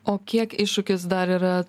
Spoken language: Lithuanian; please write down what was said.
o kiek iššūkis dar yra